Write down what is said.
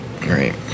Right